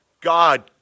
God